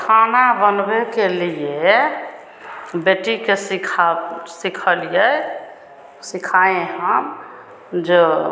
खाना बनबै के लिए बेटी के सिखाब सिखेलिए सिखाए हम जो